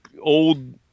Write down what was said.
old